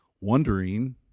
wondering